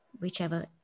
whichever